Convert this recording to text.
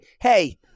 hey